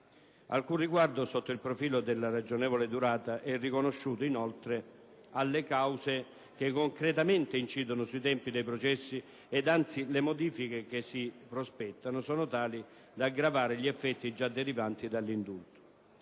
Alcun riguardo sotto il profilo della ragionevole durata è riconosciuto, inoltre, alle cause che concretamente incidono sui tempi dei processi; anzi, le modifiche che si prospettano sono tali da aggravare gli effetti già derivanti dall'indulto.